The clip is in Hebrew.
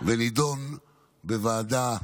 ונדון בוועדה,